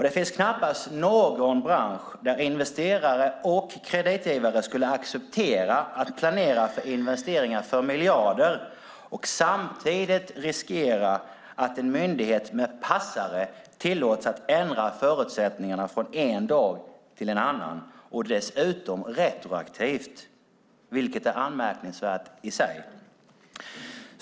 Det finns knappast någon bransch där investerare och kreditgivare skulle acceptera att planera för investeringar för miljarder och samtidigt riskera att en myndighet med passare tillåts att ändra förutsättningarna från en dag till en annan och dessutom retroaktivt, vilket är anmärkningsvärt i sig.